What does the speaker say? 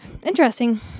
Interesting